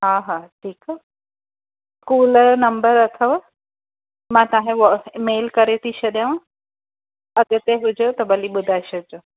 हा हा ठीकु आहे स्कूल जो नंबर अथव मां तव्हांखे मेल करे थी छॾियांव अॻिते हुजेव त भली ॿुधाए छॾिजो